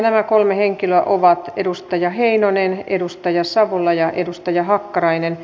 nämä kolme henkilöä ovat edustaja heinonen edustaja savola ja edustaja hakkarainen